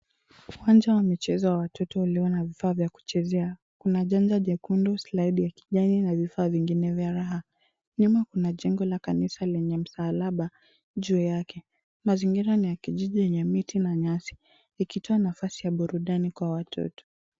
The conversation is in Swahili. Uwanja wa michezo wa watoto ulio na vifaa vya kuchezea. Kuna janja jekundu, slaidi ya kijani na vifaa vingine vya raha. Nyuma kuna jengo la kanisa lenye msalaba juu yake. Mazingira ni ya kijiji yenye miti na nyasi, ikitoa nafasi ya burudani kwa watoto.